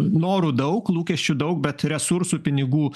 norų daug lūkesčių daug bet resursų pinigų